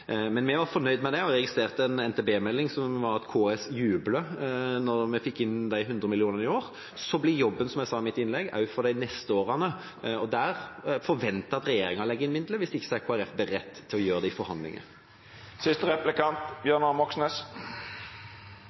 Men vi var fornøyd med det, og jeg registrerte en NTB-melding der det sto at KS jublet da vi fikk inn de 100 millionene i år. Så blir jobben, som jeg sa i mitt innlegg, også for de neste årene, og der forventer jeg at regjeringen legger inn midler. Hvis ikke er Kristelig Folkeparti beredt til å gjøre det i forhandlinger.